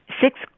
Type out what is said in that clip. six